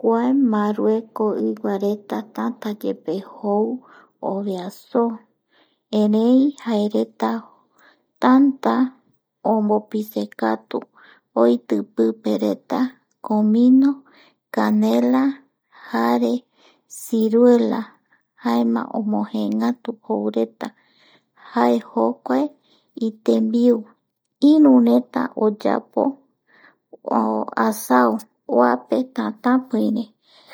Kuae Marueco igua tanta yepe jou ovae soo, erei jaereta tanta ombopisekatu oiti pipereta comino canela jare ciruela jaema omojeengatu joureta jae jokuae itembiu irureta oyapo asao oape tatapiire.